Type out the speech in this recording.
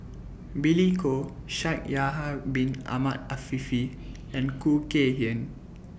Billy Koh Shaikh Yahya Bin Ahmed Afifi and Khoo Kay Hian